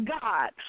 God